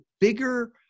bigger